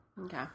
Okay